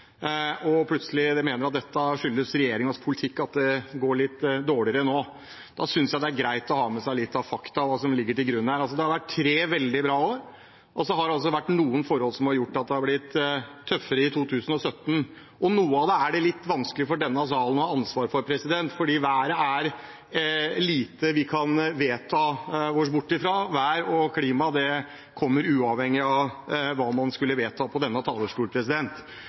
og plutselig mener at det skyldes regjeringens politikk at det går litt dårligere nå, å ta med litt fakta om hva som ligger til grunn. Det har vært tre veldig bra år, og så har noen forhold gjort at det ble tøffere i 2017. Noe av det er det litt vanskelig for denne sal å ta ansvar for, for når det gjelder været, er det lite vi kan vedta oss bort fra. Vær og klima kommer uavhengig av hva man vedtar i denne sal. Men det er viktig å sørge for at man styrker og gjør landbruket i stand til å møte klimautfordringene. Derfor bruker vi også mye penger på